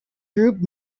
group